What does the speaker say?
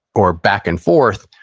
or back and forth.